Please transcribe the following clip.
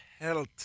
health